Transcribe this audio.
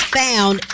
found